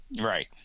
Right